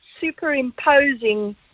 superimposing